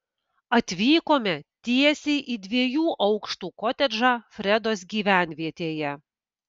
atvykome tiesiai į dviejų aukštų kotedžą fredos gyvenvietėje